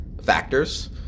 factors